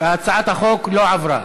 הצעת החוק לא עברה.